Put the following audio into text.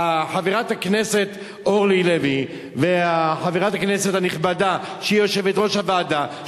חברת הכנסת אורלי לוי וחברת הכנסת הנכבדה שהיא יושבת-ראש הוועדה,